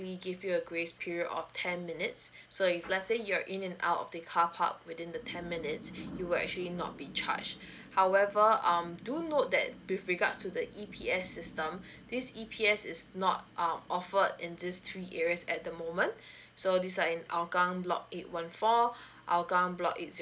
only give your a grace period of ten minutes so if let's say you're in and out of the car park within the ten minutes you will actually not be charge however um do note that with regards to the E_P_S system this E_P_S is not um offered in these three areas at the moment so these are in hougang block eight one four hougang block eight zero